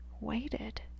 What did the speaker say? waited